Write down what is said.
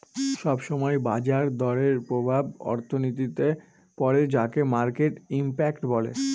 সব সময় বাজার দরের প্রভাব অর্থনীতিতে পড়ে যাকে মার্কেট ইমপ্যাক্ট বলে